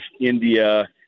India